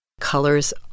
colors